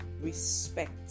Respect